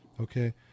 Okay